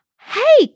hey